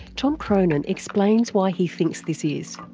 tom cronin explains why he thinks this is.